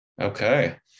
Okay